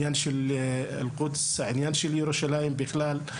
אל קודס ושל ירושלים בכלל.